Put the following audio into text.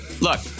Look